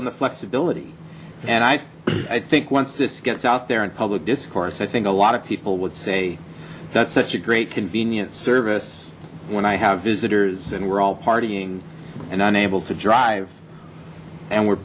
open the flexibility and i i think once this gets out there in public discourse i think a lot of people would say that's such a great convenient service when i have visitors and we're all partying and unable to drive and we're